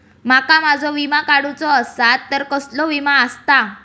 माका माझो विमा काडुचो असा तर कसलो विमा आस्ता?